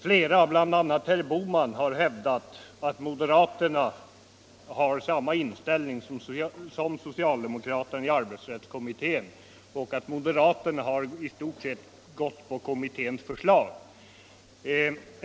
Flera talare, bl.a. herr Bohman, har hävdat att moderaterna har samma inställning som socialdemokraterna i arbetsrättskommittén och att moderaterna till stor del har gått på kommitténs förslag.